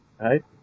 right